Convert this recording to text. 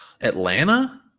Atlanta